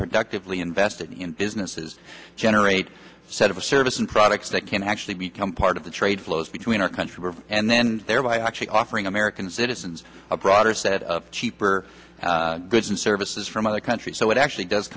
productively invested in businesses generate a set of service and products that can actually become part of the trade flows between our country and then there was actually offering american citizens a broader set of cheaper goods and services from other countries so it actually does